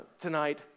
tonight